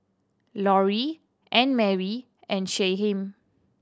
Lori Annemarie and Shyheim